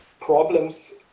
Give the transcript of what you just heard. problems